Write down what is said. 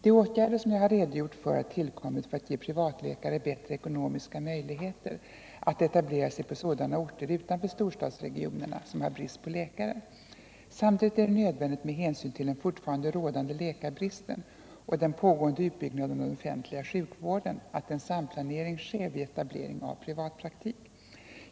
De åtgärder som jag har redogjort för har tillkommit för att ge privatläkare bättre ekonomiska möjligheter att etablera sig på sådana orter utanför storstadsregionerna som har brist på läkare. Samtidigt är det nödvnädigt med hänsyn till den fortfarande rådande läkarbristen och den pågående utbyggnaden av den offentliga sjukvården att en samplanering sker vid etablering av privatpraktik.